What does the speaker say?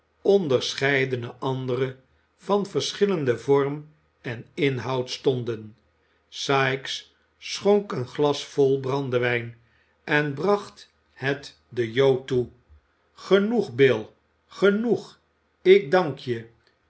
onderscheidene andere van verschillenden vorm en inhoud stonden sikes schonk een glas vol brandewijn en bracht het den jood toe genoeg bil genoeg ik dank je